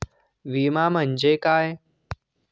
विमा म्हणजे काय?